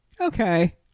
okay